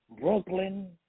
Brooklyn